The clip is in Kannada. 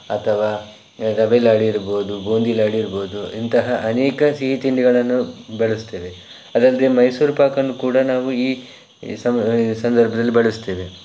ಅಥವಾ ರವೆ ಲಾಡು ಇರಬಹುದು ಬೂಂದಿ ಲಾಡು ಇರಬಹುದು ಇಂತಹ ಅನೇಕ ಸಿಹಿತಿಂಡಿಗಳನ್ನು ಬಳಸ್ತೇವೆ ಅದಲ್ಲದೆ ಮೈಸೂರು ಪಾಕನ್ನು ಕೂಡ ನಾವು ಈ ಸಂ ಸಂದರ್ಭದಲ್ಲಿ ಬಳಸ್ತೇವೆ